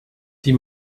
die